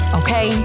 okay